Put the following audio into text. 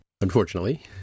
unfortunately